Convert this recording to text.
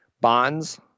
Bonds